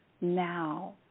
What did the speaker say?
Now